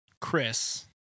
Chris